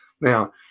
now